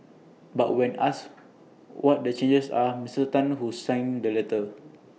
but when asked what the changes are Mr Tan who signed the letter